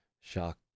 shock